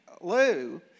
Lou